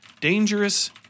Dangerous